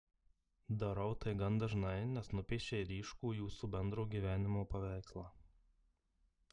darau tai gan dažnai nes nupiešei ryškų jūsų bendro gyvenimo paveikslą